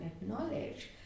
knowledge